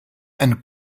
and